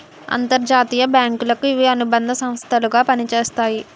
అంతర్జాతీయ బ్యాంకులకు ఇవి అనుబంధ సంస్థలు గా పనిచేస్తాయి